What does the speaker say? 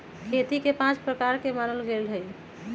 खेती के पाँच प्रकार के मानल गैले है